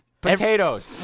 Potatoes